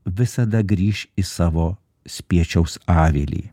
visada grįš į savo spiečiaus avilį